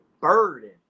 burden